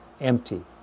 empty